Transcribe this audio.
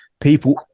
people